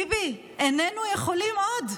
ביבי, איננו יכולים עוד.